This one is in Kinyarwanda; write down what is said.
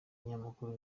binyamakuru